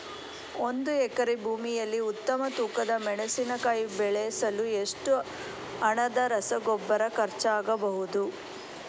ಒಂದು ಎಕರೆ ಭೂಮಿಯಲ್ಲಿ ಉತ್ತಮ ತೂಕದ ಮೆಣಸಿನಕಾಯಿ ಬೆಳೆಸಲು ಎಷ್ಟು ಹಣದ ರಸಗೊಬ್ಬರ ಖರ್ಚಾಗಬಹುದು?